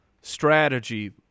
strategy